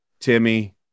Timmy